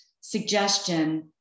suggestion